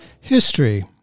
History